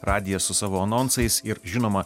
radijas su savo anonsais ir žinoma